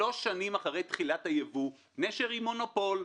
שלוש שנים אחרי תחילת הייבוא נשר היא מונופול,